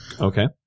okay